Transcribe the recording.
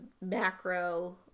macro